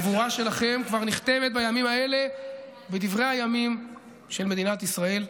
הגבורה שלכם כבר נכתבת בימים האלה בדברי הימים של מדינת ישראל.